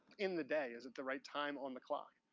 in the day, is it the right time on the clock?